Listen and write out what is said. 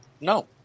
No